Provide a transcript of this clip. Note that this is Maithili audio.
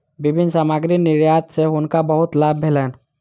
विभिन्न सामग्री निर्यात सॅ हुनका बहुत लाभ भेलैन